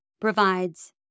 provides